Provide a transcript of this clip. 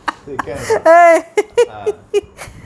say can oh what ah